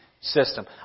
system